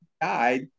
died